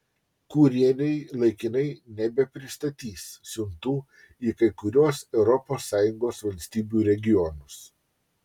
kurjeriai laikinai nebepristatys siuntų į kai kuriuos europos sąjungos valstybių regionus